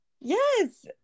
yes